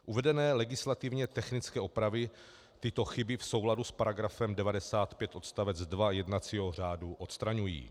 Uvedené legislativně technické opravy tyto chyby v souladu s § 95 odst. 2 jednacího řádu odstraňují.